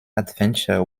adventure